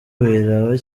biraba